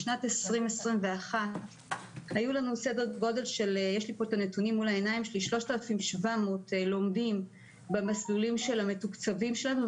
בשנת 2021 היו לנו סדר גודל של 3,700 לומדים במסלולים המתוקצבים שלנו,